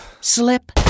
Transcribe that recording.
slip